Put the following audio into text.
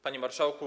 Panie Marszałku!